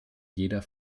jeder